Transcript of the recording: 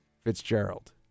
Fitzgerald